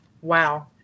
wow